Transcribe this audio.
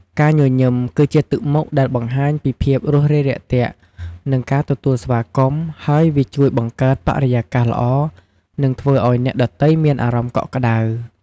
ការញញឹម គឺជាទឹកមុខដែលបង្ហាញពីភាពរួសរាយរាក់ទាក់ និងការទទួលស្វាគមន៍ ហើយវាជួយបង្កើតបរិយាកាសល្អ និងធ្វើឲ្យអ្នកដទៃមានអារម្មណ៍កក់ក្តៅ។